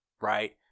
right